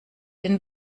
den